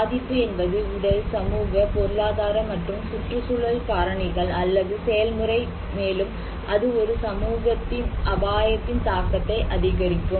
பாதிப்பு என்பது உடல் சமூக பொருளாதார மற்றும் சுற்றுச்சூழல் காரணிகள் அல்லது செயல்முறை மேலும் அது ஒரு சமூகத்தின் அபாயத்தின் தாக்கத்தை அதிகரிக்கும்